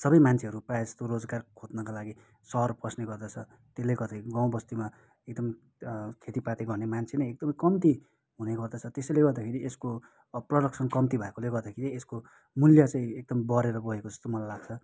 सबै मान्छेहरू प्रायः जस्तो रोजगार खोज्नुको लागि सहर पस्ने गर्दछ त्यसले गर्दाखेरि गाउँ बस्तीमा एकदमै खेतीपाती गर्ने मान्छे नै एकदमै कम्ती हुने गर्दछ त्यसैले गर्दाखेरि यसको प्रोडक्सन कम्ती भएकोले गर्दाखेरि यसको मूल्य चाहिँ एकदम बढेर गएको जस्तो मलाई लाग्छ